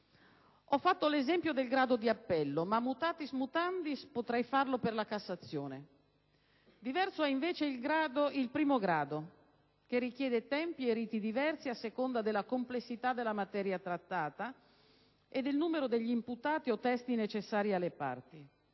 Ho fatto l'esempio del grado di appello, ma, *mutatis mutandis*, potrei farlo per la Cassazione. Diverso è invece il primo grado, che richiede tempi e riti diversi a seconda della complessità della materia trattata e del numero degli imputati o testi necessari alle parti.